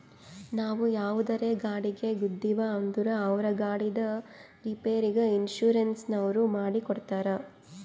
ನಾವು ಯಾವುದರೇ ಗಾಡಿಗ್ ಗುದ್ದಿವ್ ಅಂದುರ್ ಅವ್ರ ಗಾಡಿದ್ ರಿಪೇರಿಗ್ ಇನ್ಸೂರೆನ್ಸನವ್ರು ಮಾಡಿ ಕೊಡ್ತಾರ್